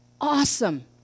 Awesome